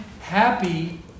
happy